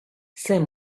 same